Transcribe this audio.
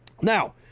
Now